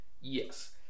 Yes